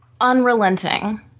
unrelenting